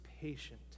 patient